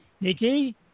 Nikki